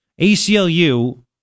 ACLU